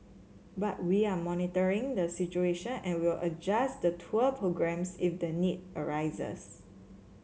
but we are monitoring the situation and will adjust the tour programmes if the need arises